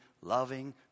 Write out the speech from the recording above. loving